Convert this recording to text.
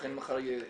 שאכן מחר יהיו תוצאות.